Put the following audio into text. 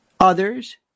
Others